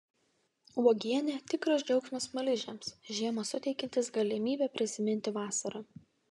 uogienė tikras džiaugsmas smaližiams žiemą suteikiantis galimybę prisiminti vasarą